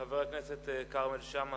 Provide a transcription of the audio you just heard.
חבר הכנסת כרמל שאמה,